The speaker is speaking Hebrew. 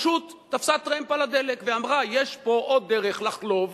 שפשוט תפסה טרמפ על הדלק ואמרה: יש פה עוד דרך לחלוב,